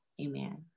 amen